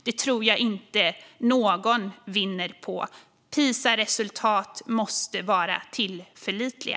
Jag tror inte att någon vinner på att behöva ha en sådan debatt. Pisaresultat måste vara tillförlitliga.